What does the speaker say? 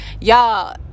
y'all